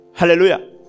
Hallelujah